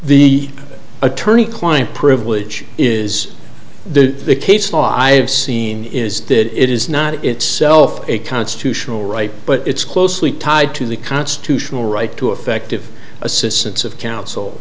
the attorney client privilege is the case law i have seen is that it is not itself a constitutional right but it's closely tied to the constitutional right to effective assistance of coun